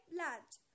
large